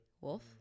Wolf